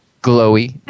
glowy